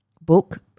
book